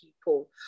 people